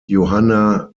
johanna